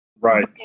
Right